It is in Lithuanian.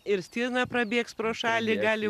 ir stirna prabėgs pro šalį gali